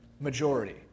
majority